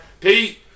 Pete